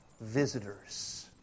visitors